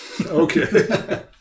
Okay